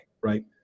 right